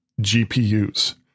GPUs